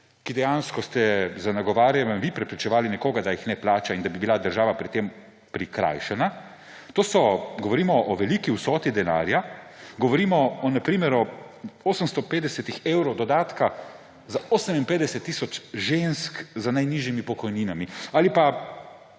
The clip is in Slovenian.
dejansko ste z nagovarjanjem vi prepričevali nekoga, da jih naj ne plača in da bi bila država pri tem prikrajšana. Govorimo o veliki vsoti denarja. Govorimo na primer o 850 evrih dodatka za 58 tisoč žensk z najnižjimi pokojninami ali pa